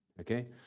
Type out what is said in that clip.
Okay